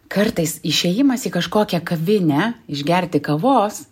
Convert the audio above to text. kartais išėjimas į kažkokią kavinę išgerti kavos